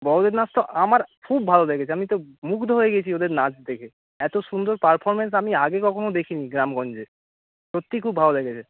বড়দের নাচ তো আমার খুব ভালো লেগেছে আমি তো মুগ্ধ হয়ে গিয়েছি ওদের নাচ দেখে এত সুন্দর পারফরমেন্স আমি আগে কখনও দেখিনি গ্রামগঞ্জে সত্যিই খুব ভালো লেগেছে